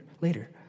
later